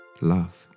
love